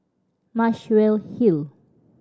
Muswell Hill